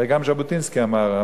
וגם ז'בוטינסקי אמר,